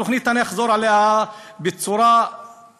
התוכנית, אני אחזור עליה בצורה פשוטה: